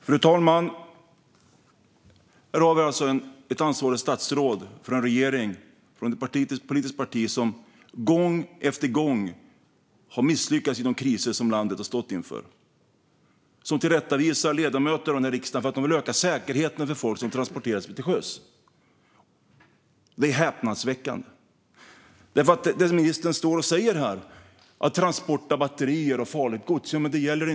Fru talman! Här har vi alltså ett ansvarigt statsråd för en regering och från ett politiskt parti som gång efter gång har misslyckats i de kriser som landet har stått inför som tillrättavisar ledamöter av denna riksdag för att de vill öka säkerheten för folk som transporterar sig till sjöss. Det är häpnadsväckande. Det som ministern står här och säger om transport av batterier och farligt gods gäller inte elbilar.